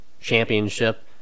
championship